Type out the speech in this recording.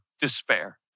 despair